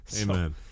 amen